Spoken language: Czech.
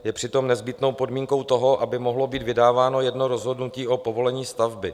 Je přitom nezbytnou podmínkou toho, aby mohlo být vydáváno jedno rozhodnutí o povolení stavby.